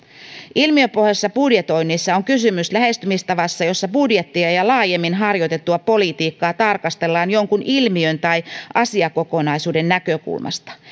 ilmiöpohjaisessa budjetoinnissa on kysymys lähestymistavasta jossa budjettia ja laajemmin harjoitettua politiikkaa tarkastellaan jonkun ilmiön tai asiakokonaisuuden näkökulmasta